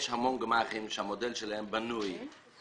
יש המון גמ"חים שהמודל שלהם בנוי כך